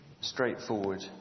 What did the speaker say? straightforward